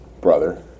brother